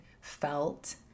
felt